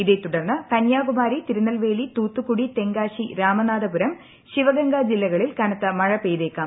ഇതേതുടർന്ന് കന്യാകുമാരി തിരുനെൽവേലി തൂത്തുക്കുടി തെങ്കാശി രാമനാഥപുരം ശിവഗംഗ ജില്ലകളിൽ കനത്ത മഴ പെയ്തേക്കാം